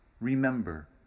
Remember